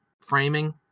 framing